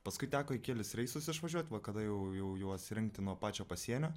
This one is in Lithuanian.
paskui teko į kelis reisus išvažiuot va kada jau jau juos rinkti nuo pačio pasienio